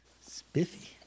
Spiffy